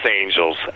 angels